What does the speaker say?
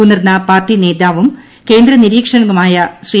മുതിർന്ന പാർട്ടി നേതാവും കേന്ദ്ര നിരീക്ഷകനുമായ ശ്രി